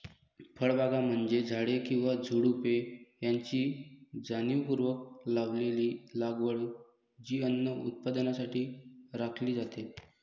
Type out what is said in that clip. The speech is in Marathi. फळबागा म्हणजे झाडे किंवा झुडुपे यांची जाणीवपूर्वक लावलेली लागवड जी अन्न उत्पादनासाठी राखली जाते